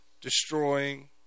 destroying